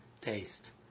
taste